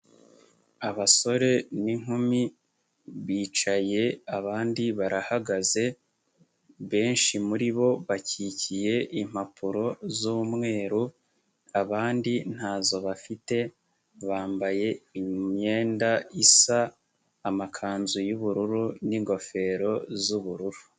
Abasore n'inkumi bicaye abandi barahagaze, benshi muri bo bakikiye impapuro z'umweru, abandi nta zo bafite, bambaye imyenda isa, amakanzu y'ubururu n'ingofero z'ubururu.